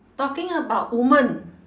talking about women